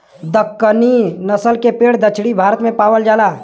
दक्कनी नसल के भेड़ दक्षिण भारत में पावल जाला